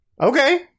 Okay